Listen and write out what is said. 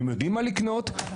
יודעים מה לקנות,